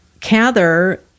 Cather